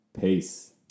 Peace